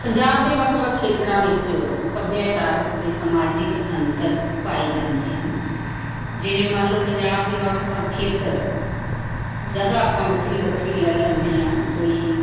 ਪੰਜਾਬ ਦੇ ਵੱਖ ਵੱਖ ਖੇਤਰਾਂ ਵਿੱਚ ਸੱਭਿਆਚਾਰਕ ਅਤੇ ਸਮਾਜਿਕ ਅੰਤਰ ਪਾਏ ਜਾਂਦੇ ਹਨ ਜਿਵੇਂ ਮੰਨ ਲਉ ਪੰਜਾਬ ਦੇ ਵੱਖ ਵੱਖ ਖੇਤਰ ਜਗ੍ਹਾ ਆਪਾਂ ਵੱਖਰੀ ਵੱਖਰੀ ਲੈ ਲੈਂਦੇ ਹਾਂ ਕੋਈ